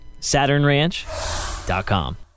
SaturnRanch.com